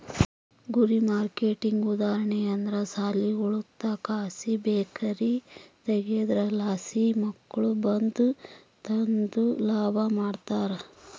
ಗುರಿ ಮಾರ್ಕೆಟ್ಗೆ ಉದಾಹರಣೆ ಅಂದ್ರ ಸಾಲಿಗುಳುತಾಕ ಬೇಕರಿ ತಗೇದ್ರಲಾಸಿ ಮಕ್ಳು ಬಂದು ತಾಂಡು ಲಾಭ ಮಾಡ್ತಾರ